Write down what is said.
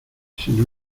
sino